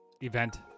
event